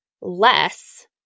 less